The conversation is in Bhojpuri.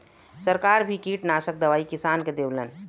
सरकार भी किटनासक दवाई किसान के देवलन